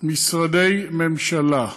משרדי ממשלה,